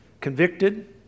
convicted